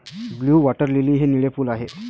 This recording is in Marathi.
ब्लू वॉटर लिली हे निळे फूल आहे